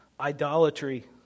idolatry